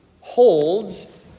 holds